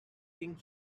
king